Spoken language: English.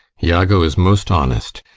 iago is most honest.